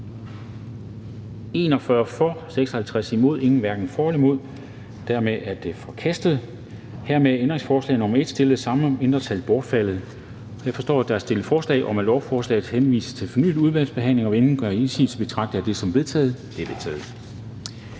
for eller imod stemte 0. Ændringsforslaget er forkastet. Hermed er ændringsforslag nr. 1, stillet af det samme mindretal, bortfaldet. Jeg forstår, at der er stillet forslag om, at lovforslaget henvises til fornyet udvalgsbehandling, og hvis ingen gør indsigelse, betragter jeg det som vedtaget. Det er vedtaget.